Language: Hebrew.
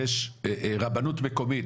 יש רבנות מקומית,